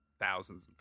thousands